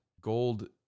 Gold